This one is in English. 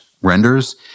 renders